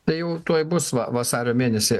tai jau tuoj bus va vasario mėnesį